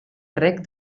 reg